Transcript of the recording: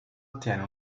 ottiene